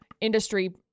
industry